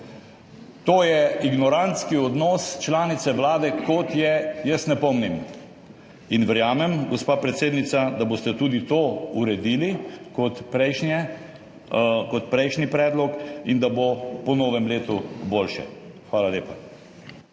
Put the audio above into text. To je ignorantski odnos članice vlade, kot je jaz ne pomnim. In verjamem, gospa predsednica, da boste tudi to uredili kot prejšnji predlog in da bo po novem letu boljše. Hvala lepa.